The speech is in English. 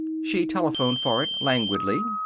she telephoned for it, languidly.